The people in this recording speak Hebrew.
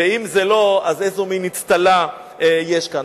ואם זה לא, אז איזה מין אצטלה יש כאן?